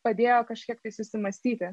padėjo kažkiek tai susimąstyti